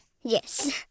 Yes